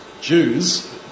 Jews